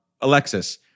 Alexis